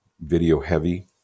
video-heavy